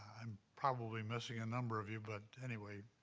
i'm probably missing a number of you, but anyway,